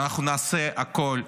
ואנחנו נעשה הכול,